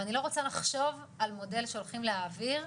ואני לא רוצה לחשוב על מודל שהולכים להעביר,